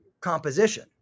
composition